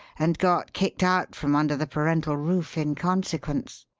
and got kicked out from under the parental roof in consequence.